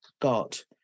got